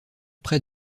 près